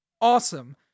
Awesome